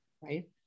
right